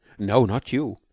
no, not you.